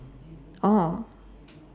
oh